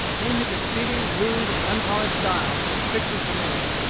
in his exceeding rude, unpolished style which pictures the man,